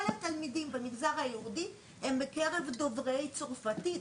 התלמידים במגזר היהודי הם בקרב דוברי צרפתית.